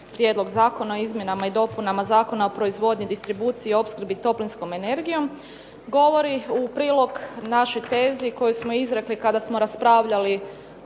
Prijedlog Zakona o izmjenama i dopunama Zakona o proizvodnji, distribuciji i opskrbi toplinskom energijom govori u prilog našoj tezi koju smo izrekli kada smo raspravljali